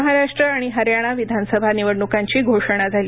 महाराष्ट्र आणि हरयाणा विधानसभा निवडण्कांची घोषणा झाली